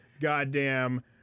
goddamn